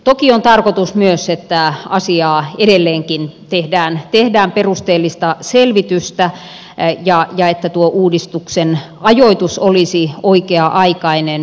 toki on tarkoitus myös että asiasta edelleenkin tehdään perusteellista selvitystä ja että tuo uudistuksen ajoitus olisi oikea aikainen